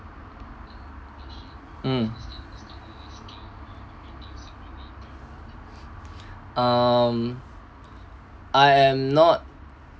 mm um I'm not